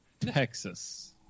Texas